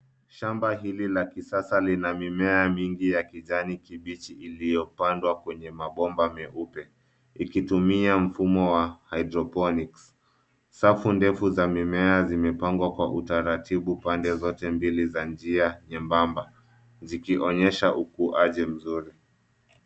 Shamba hili la kisasa lina mimea mingi ya kijani kibichi iliyopandwa kwenye mabomba meupe, ikitumia mfumo wa hydroponics safu ndefu za mimea zimepangwa kwa utaratibu pande zote mbili za njia nyembamba zikionyesha ukuaji mzuri.